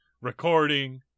recording